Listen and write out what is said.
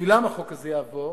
שבשבילם החוק הזה יעבור.